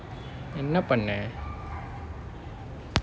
என்ன பண்ணேன்:enna pannen